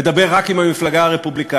מדבר רק עם המפלגה הרפובליקנית.